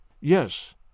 Yes